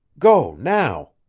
go, now.